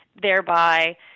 thereby